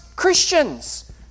Christians